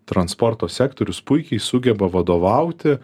transporto sektorius puikiai sugeba vadovauti